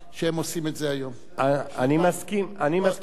אצלך יותר מפותחים.